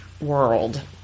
world